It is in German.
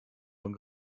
von